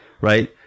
right